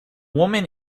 woman